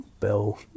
bell